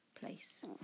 place